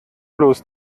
bloß